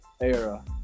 era